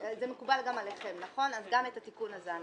גם את התיקון הזה מאשרים.